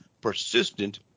persistent